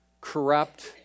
corrupt